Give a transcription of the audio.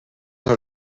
her